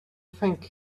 thanked